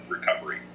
recovery